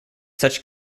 such